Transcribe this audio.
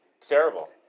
Terrible